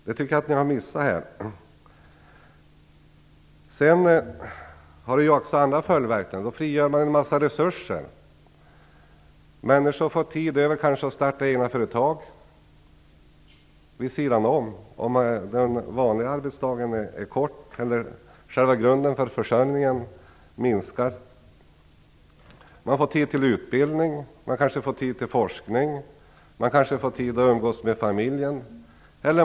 Det tycker jag att ni har missat här. Det finns också andra följdverkningar. Det frigörs en massa resurser. Människor får kanske tid över till att starta egna företag vid sidan om, om den vanliga arbetsdagen är kort eller själva grunden för försörjningen minskar. Man får tid till utbildning. Man kanske får tid till forskning. Man kanske får tid att umgås med familjen.